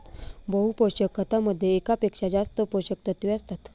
बहु पोषक खतामध्ये एकापेक्षा जास्त पोषकतत्वे असतात